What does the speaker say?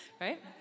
right